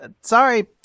sorry